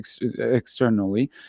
externally